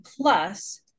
plus